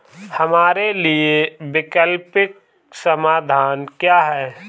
हमारे लिए वैकल्पिक समाधान क्या है?